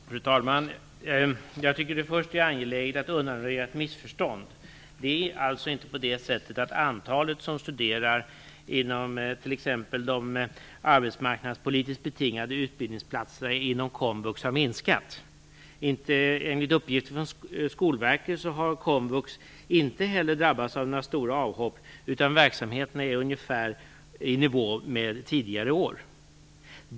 Fru talman! Jag tycker att det först är angeläget att undanröja ett missförstånd. Antalet som studerar på t.ex. de arbetsmarknadspolitiskt betingade utbildningsplatserna inom komvux har alltså inte minskat. Enligt uppgift från Skolverket har komvux inte heller drabbats av några stora avhopp, utan verksamheten är ungefär i nivå med tidigare år.